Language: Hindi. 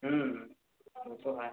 वो तो है